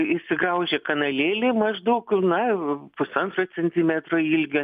įsigraužia kanalėlį maždaug na pusantro centimetro ilgio